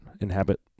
inhabit